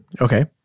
okay